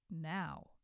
now